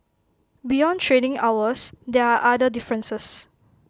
beyond trading hours there are other differences